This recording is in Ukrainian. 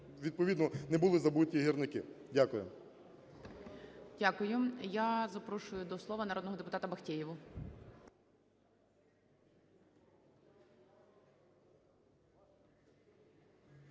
відповідно не були забуті гірники. Дякую. ГОЛОВУЮЧИЙ. Дякую. Я запрошую до слова народного депутата Бахтеєву.